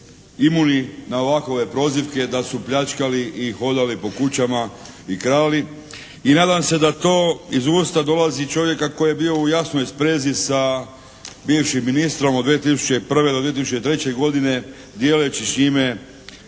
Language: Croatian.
imuni na ovakove prozivke da su pljačkali i hodali po kućama i krali. I nadam se da to iz usta dolazi čovjeka koji je bio u jasnoj sprezi sa bivšim ministrom od 2001. do 2003. godine dijeleći s njima